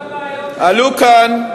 עלו כאן,